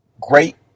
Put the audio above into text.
Great